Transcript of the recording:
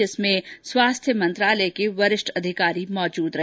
बैठक में स्वास्थ्य मंत्रालय के वरिष्ठ अधिकारी मौजूद रहे